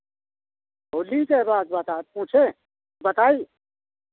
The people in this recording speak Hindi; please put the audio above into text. होली के बाद बता पूछें बताई